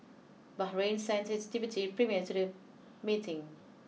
Bahrain sent its deputy premier to the meeting